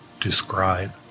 describe